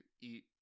eat